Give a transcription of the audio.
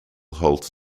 holt